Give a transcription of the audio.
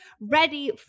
ready